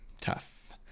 Tough